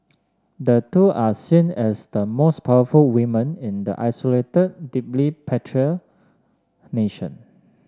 the two are seen as the most powerful women in the isolated deeply patriarchal nation